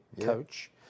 coach